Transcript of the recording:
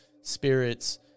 spirits